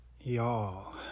Y'all